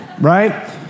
right